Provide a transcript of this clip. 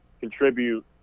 contribute